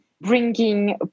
bringing